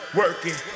working